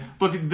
Look